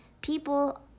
people